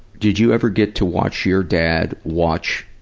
did you ever get to watch your dad watch,